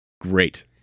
Great